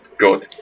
Go